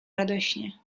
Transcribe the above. radośnie